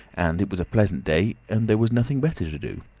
and it was a pleasant day, and there was nothing better to do.